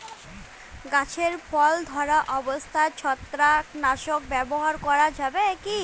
গাছে ফল ধরা অবস্থায় ছত্রাকনাশক ব্যবহার করা যাবে কী?